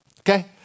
Okay